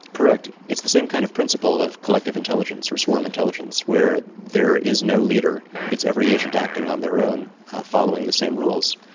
correct, it's the same kind of principle of collective intelligence or swarm intelligence where there is no leader, it's every agent acting on their own following the same rules,